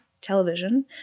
television